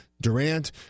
durant